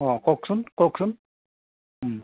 অঁ কওকচোন কওকচোন